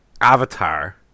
Avatar